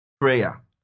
Prayer